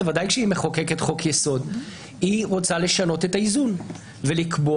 ודאי כשהיא מחוקקת חוק יסוד - רוצה לשנות את האיזון ולקבוע